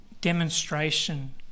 demonstration